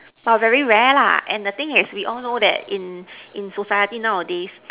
but very rare lah and the thing is we all know that in in society nowadays